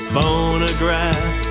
Phonograph